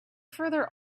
further